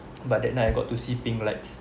but that night I got to see pink lights